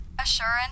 Assurance